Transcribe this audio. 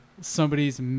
somebody's